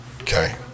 okay